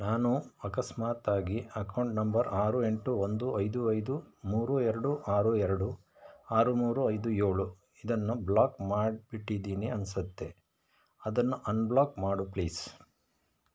ನಾನು ಅಕಸ್ಮಾತ್ ಆಗಿ ಅಕೌಂಟ್ ನಂಬರ್ ಆರು ಎಂಟು ಒಂದು ಐದು ಐದು ಮೂರು ಎರಡು ಆರು ಎರಡು ಆರು ಮೂರು ಐದು ಏಳು ಇದನ್ನು ಬ್ಲಾಕ್ ಮಾಡಿಬಿಟ್ಟಿದ್ದೀನಿ ಅನಿಸತ್ತೆ ಅದನ್ನು ಅನ್ಬ್ಲಾಕ್ ಮಾಡು ಪ್ಲೀಸ್